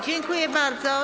Dziękuję bardzo.